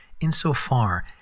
insofar